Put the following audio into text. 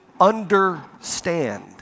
understand